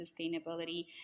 sustainability